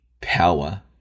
power